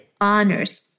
honors